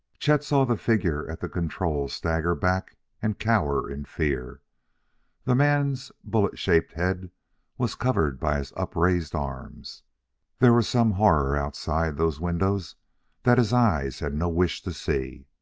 chet saw the figure at the controls stagger back and cower in fear the man's bullet-shaped head was covered by his upraised arms there was some horror outside those windows that his eyes had no wish to see.